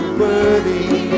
worthy